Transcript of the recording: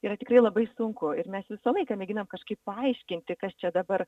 yra tikrai labai sunku ir mes visą laiką mėginam kažkaip paaiškinti kas čia dabar